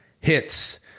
hits